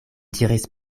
diris